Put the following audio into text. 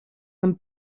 them